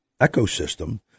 ecosystem